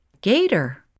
Gator